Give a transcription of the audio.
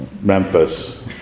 Memphis